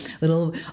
little